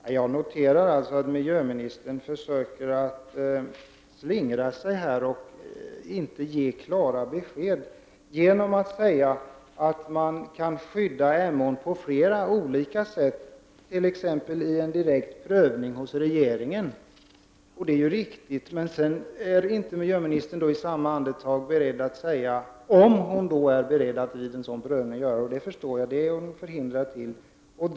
Herr talman! Jag noterar att miljöministern försöker slingra sig och inte ge klara besked genom att säga att Emån kan skyddas på flera olika sätt, t.ex. genom en direkt prövning hos regeringen. Det är riktigt. Men sedan är miljöministern i samma andetag inte beredd att säga hur hon skulle göra vid en sådan prövning. Det förstår jag, eftersom hon är förhindrad att uttala sig.